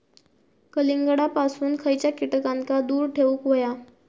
कलिंगडापासून खयच्या कीटकांका दूर ठेवूक व्हया?